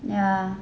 ya